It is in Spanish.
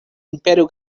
imperio